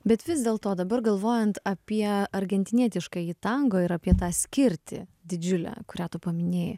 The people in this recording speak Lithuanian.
bet vis dėlto dabar galvojant apie argentinietiškąjį tango ir apie tą skirtį didžiulę kurią tu paminėjai